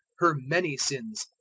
her many sins,